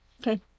Okay